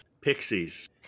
Pixies